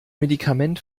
medikament